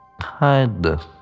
kindness